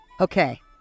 Okay